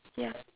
ya